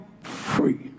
free